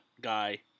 guy